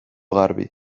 garbi